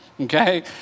okay